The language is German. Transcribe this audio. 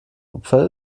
opfer